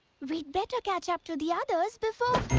we'd better catch up to the others before,